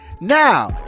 Now